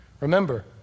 Remember